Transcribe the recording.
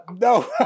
No